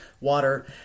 water